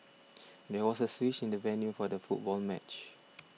there was a switch in the venue for the football match